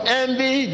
envy